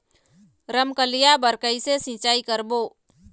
रमकलिया बर कइसे सिचाई करबो?